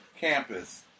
campus